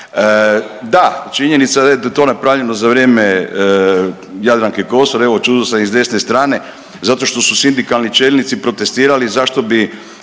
Da, činjenica je da je to napravljeno za vrijeme Jadranke Kosor. Evo čude se i s desne strane zato što su sindikalni čelnici protestirali zašto bi